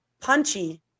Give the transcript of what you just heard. punchy